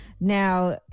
Now